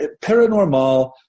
Paranormal